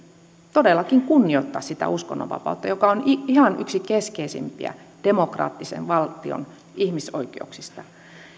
todellakin kunnioittaa sitä uskonnonvapautta joka on ihan yksi keskeisimpiä demokraattisen valtion ihmisoikeuksista